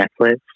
netflix